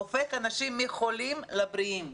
הופך אנשים מחולים לבריאים.